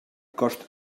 cost